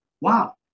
wow